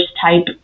type